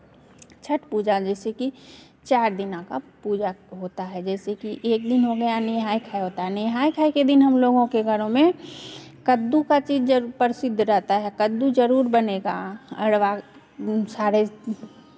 छठ पूजा जैसे कि चार दिना का पूजा होता है जैसे कि एक दिन हो गया नहाय खाय होता नहाय खाय के दिन हमलोगों के घरों में कद्दू का चीज़ जरूर प्रसिद्ध रहता है कद्दू जरूर बनेगा अरबा दिन सारे